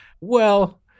well-